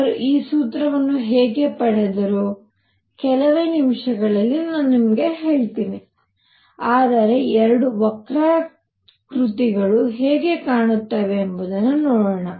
ಅವರು ಈ ಸೂತ್ರವನ್ನು ಹೇಗೆ ಪಡೆದರು ಕೆಲವೇ ನಿಮಿಷಗಳಲ್ಲಿ ನಾನು ನಿಮಗೆ ಹೇಳುತ್ತೇನೆ ಆದರೆ ಎರಡು ವಕ್ರಾಕೃತಿಗಳು ಹೇಗೆ ಕಾಣುತ್ತವೆ ಎಂಬುದನ್ನು ನೋಡೋಣ